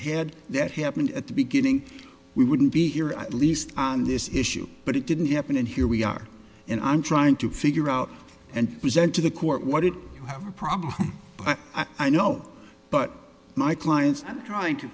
had that happen at the beginning we wouldn't be here at least on this issue but it didn't happen and here we are and i'm trying to figure out and present to the court what did you have a problem but i know but my clients i'm trying to